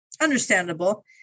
Understandable